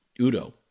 Udo